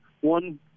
one